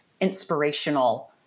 inspirational